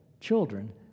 children